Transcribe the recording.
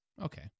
Okay